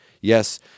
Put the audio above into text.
Yes